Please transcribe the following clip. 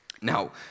Now